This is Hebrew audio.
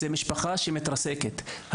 היא משפחה שמתרסקת,